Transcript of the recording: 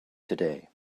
today